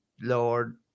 Lord